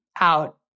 out